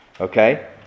okay